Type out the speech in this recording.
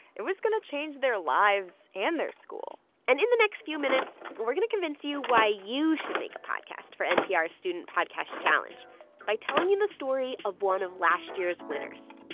it was going to change their lives and their school and in the next few minutes, we're going to convince you why you should make a podcast for npr's student podcast challenge by telling you the story of one of last year's winners